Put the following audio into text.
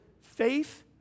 faith